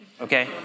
okay